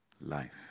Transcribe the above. life